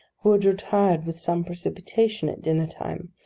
who had retired with some precipitation at dinner-time,